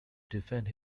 defend